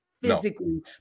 physically